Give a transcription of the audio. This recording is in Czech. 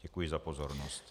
Děkuji za pozornost.